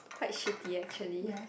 quite shitty actually